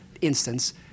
instance